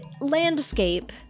landscape